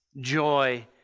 joy